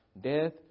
death